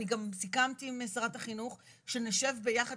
אני גם סיכמתי עם שרת החינוך שנשב ביחד